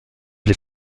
les